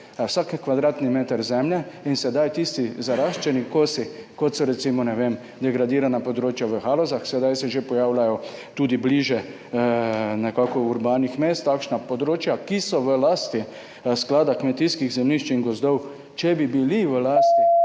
vsak kvadratni meter zemlje in sedaj tisti zaraščeni kosi, kot so recimo, ne vem, degradirana področja v Halozah, ki se sedaj že pojavljajo tudi bližje urbanih mest, ki so v lasti Sklada kmetijskih zemljišč in gozdov, če bi bili v lasti